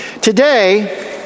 Today